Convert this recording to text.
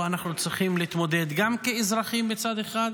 אנחנו צריכים להתמודד גם כאזרחים מצד אחד,